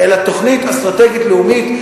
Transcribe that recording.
אלא תוכנית אסטרטגית לאומית,